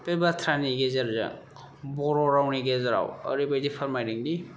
बे बाथ्रानि गेजेरजों बर' रावनि गेजेराव ओरैबादि फोरमायदोंदि